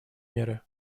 меры